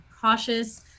cautious